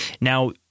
Now